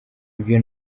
ibyo